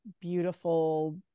beautiful